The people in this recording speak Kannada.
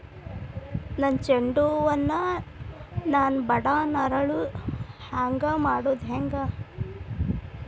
ನನ್ನ ಚಂಡ ಹೂ ಅನ್ನ ನಾನು ಬಡಾನ್ ಅರಳು ಹಾಂಗ ಮಾಡೋದು ಹ್ಯಾಂಗ್?